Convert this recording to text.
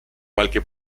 qualche